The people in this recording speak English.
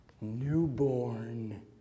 newborn